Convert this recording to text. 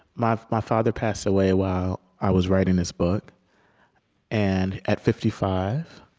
my my father passed away while i was writing this book and at fifty five,